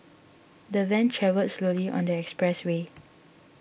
the van travelled slowly on the expressway